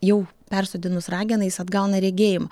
jau persodinus rageną jis atgauna regėjimą